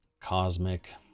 Cosmic